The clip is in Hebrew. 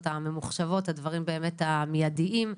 הממוחשבות הדברים הבאמת מיידיים.